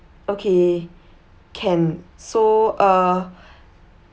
okay can so uh